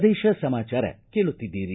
ಪ್ರದೇಶ ಸಮಾಚಾರ ಕೇಳುತ್ತಿದ್ದೀರಿ